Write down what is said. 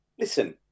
Listen